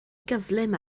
gyflym